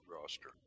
roster